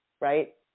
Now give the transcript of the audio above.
right